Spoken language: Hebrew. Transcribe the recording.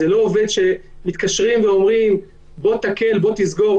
זה לא עובד שמתקשרים ואומרים: בוא תקל, בוא תסגור.